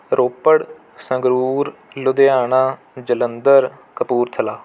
Ropar Sangrur Ludhiana Jalandhar Kapurthala